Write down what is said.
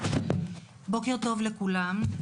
בוקר טוב לכולם.